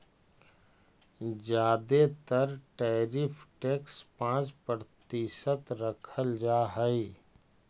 जादे तर tariff tax पाँच प्रतिशत रखल जा हई